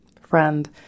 Friend